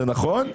זה נכון,